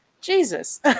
jesus